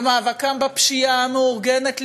במאבקם בפשיעה המאורגנת,